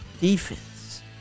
defense